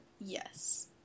yes